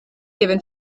given